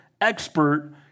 expert